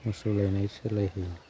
मोसौ लायनाय सोलाय